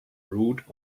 root